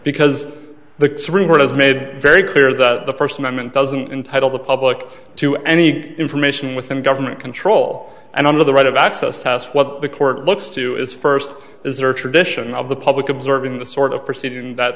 because the supreme court has made very clear that the first amendment doesn't entitle the public to any information within government control and under the right of access to ask what the court looks to is first is there a tradition of the public observing the sort of proceeding that